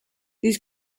these